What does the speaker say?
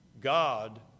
God